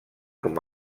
com